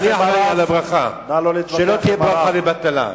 אני אחראי לברכה, שלא תהיה ברכה לבטלה.